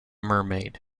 mermaid